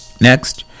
Next